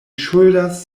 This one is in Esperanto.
ŝuldas